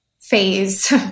phase